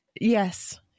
Yes